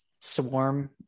swarm